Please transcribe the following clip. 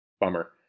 Bummer